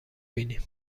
بینی